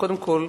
קודם כול,